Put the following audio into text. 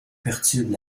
perturbe